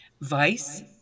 Vice